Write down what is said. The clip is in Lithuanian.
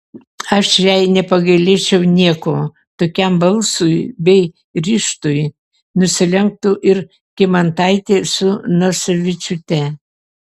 aš jai nepagailėčiau nieko tokiam balsui bei ryžtui nusilenktų ir kymantaitė su nosevičiūte